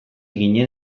ginen